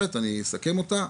אני אסכם אותה: